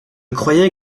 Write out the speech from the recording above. croyais